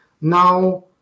now